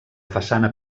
façana